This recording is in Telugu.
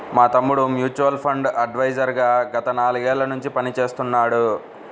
మా తమ్ముడు మ్యూచువల్ ఫండ్ అడ్వైజర్ గా గత నాలుగేళ్ళ నుంచి పనిచేస్తున్నాడు